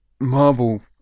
marble